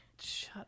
Shut